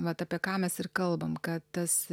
vat apie ką mes ir kalbam kad tas